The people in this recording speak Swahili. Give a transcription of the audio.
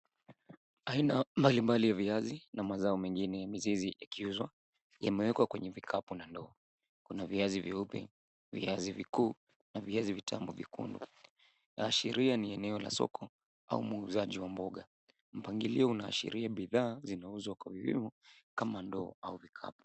Aina mbalimbali ya viazi na mazao mengine ya mizizi yakiuzwa yamewekwa kwenye vikapu na ndoo. Kuna viazi vyeupe, viazi vikuu na viazi vitamu vyekundu. Inaashiria ni sehemu ya soko au mwuzaji wa mboga. Mpangilio unaashiria bidhaa zinauzwa kwa vipimo kama ndoo na vikapu.